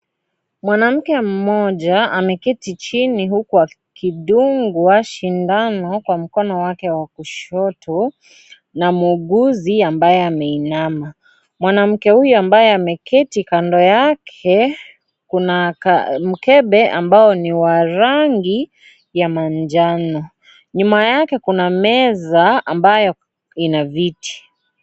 Mwanamke mmoja ameketi chini huku akidungwa sindano kwa mkono wake wa kushoto na muuguzi ambaye ameinama ,mwanamke huyu ambaye ameketi kando yake kuna mkebe ambao ni wa rangi ya manjano nyuma yake kuna meza ambayo ina viti.